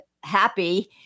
happy